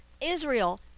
Israel